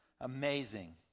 Amazing